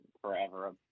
forever